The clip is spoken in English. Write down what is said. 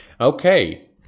okay